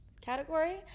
category